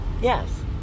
Yes